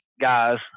guys